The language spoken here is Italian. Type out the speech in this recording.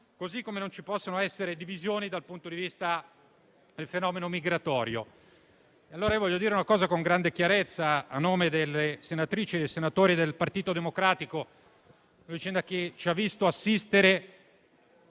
divisioni. Né ci possono essere divisioni dal punto di vista del fenomeno migratorio. Vorrei dire una cosa con grande chiarezza a nome delle senatrici e dei senatori del Partito Democratico su una vicenda che ci ha visto assistere